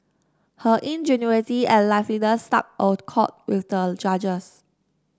her ingenuity and liveliness struck a chord with the judges